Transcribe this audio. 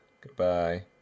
goodbye